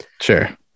sure